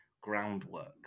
groundwork